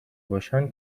باشن